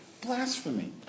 blasphemy